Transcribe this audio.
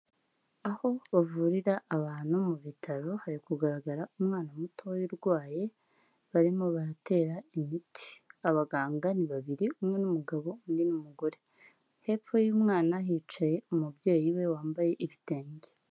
Aho bavurira abantu mu bitaro hari kugaragara umwana muto urwaye barimo baratera imiti, abaganga ni babiri umwe n'umugabo undi n'umugore, hepfo y'umwana hicaye umubyeyi we wambaye ibitenge.